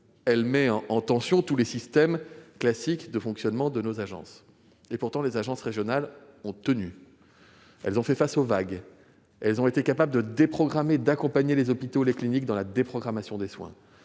a mis en tension tous les systèmes classiques de fonctionnement de nos ARS. Et pourtant, ces agences ont tenu bon et fait face aux vagues. Elles ont été capables d'accompagner les hôpitaux et les cliniques dans la déprogrammation des soins,